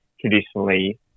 traditionally